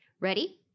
Ready